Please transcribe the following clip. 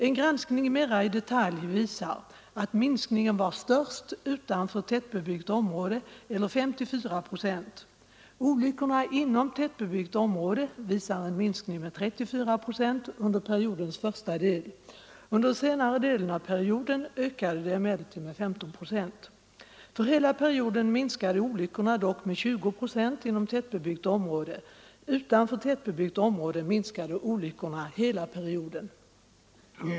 En granskning mera i detalj visar att minskningen var störst utanför tättbebyggt område eller 54 procent. Olyckorna inom tättbebyggt område visar en minskning med 34 procent under periodens första del. För hela perioden minskade olyckorna dock med 20 procent inom tättbebyggt område. Utanför tättbebyggt område minskade olyckorna under hela perioden.